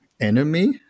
enemy